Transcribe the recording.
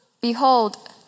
Behold